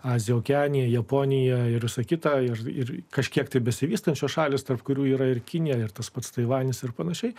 aziją okeaniją japoniją ir užsakytą ir ir kažkiek besivystančios šalys tarp kurių yra ir kinija ir tas pats taivanis ir pan